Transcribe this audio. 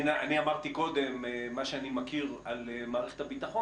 אני אמרתי קודם מה שאני מכיר על מערכת הביטחון.